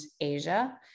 Asia